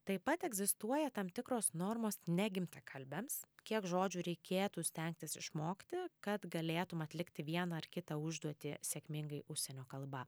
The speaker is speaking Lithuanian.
taip pat egzistuoja tam tikros normos negimtakalbiams kiek žodžių reikėtų stengtis išmokti kad galėtum atlikti vieną ar kitą užduotį sėkmingai užsienio kalba